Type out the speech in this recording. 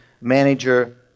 manager